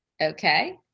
Okay